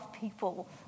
people